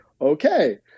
okay